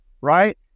right